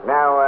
Now